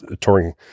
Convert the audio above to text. touring